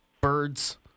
birds